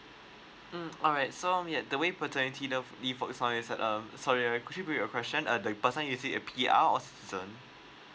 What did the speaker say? mm alright so um okay the way paternity leave for the this one um sorry could you repeat your question uh the person is it a P_R or citizen